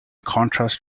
contrast